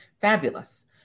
Fabulous